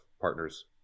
partners